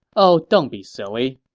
oh don't be silly.